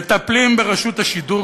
מטפלים ברשות השידור,